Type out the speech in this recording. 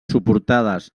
suportades